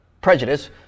prejudice